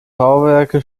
bauwerke